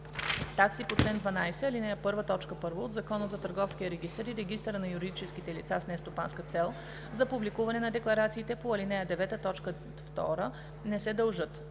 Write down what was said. Такси по чл. 12, ал. 1, т. 1 от Закона за търговския регистър и регистъра на юридическите лица с нестопанска цел за публикуване на декларациите по ал. 9, т. 2 не се дължат.“;